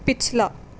ਪਿਛਲਾ